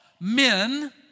men